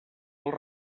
els